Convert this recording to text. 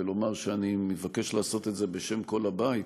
ולומר שאני מבקש לעשות את זה בשם כל הבית,